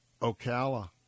Ocala